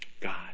God